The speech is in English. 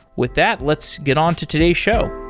with that, let's get on to today's show.